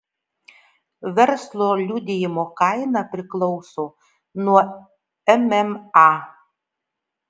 verslo liudijimo kaina priklauso nuo mma